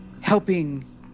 helping